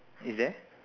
is there